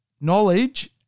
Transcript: knowledge